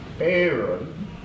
Aaron